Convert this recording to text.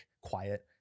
quiet